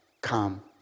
come